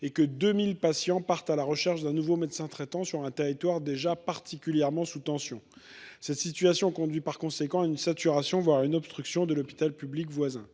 et que 2 000 patients partent à la recherche d’un nouveau médecin traitant sur un territoire déjà particulièrement sous tension. Cette situation conduit par conséquent à une saturation, voire à une obstruction de l’hôpital public voisin.